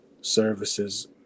services